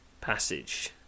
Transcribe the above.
passage